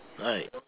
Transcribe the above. right